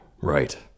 right